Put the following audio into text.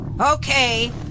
Okay